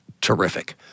terrific